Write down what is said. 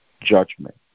judgment